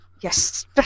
Yes